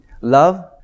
love